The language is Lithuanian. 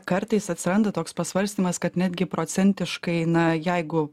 kartais atsiranda toks pasvarstymas kad netgi procentiškai na jeigu